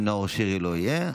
אם נאור שירי לא יהיה,